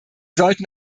sollten